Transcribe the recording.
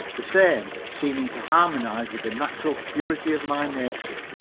the same seeming to harmonize with the natural purity of my nature,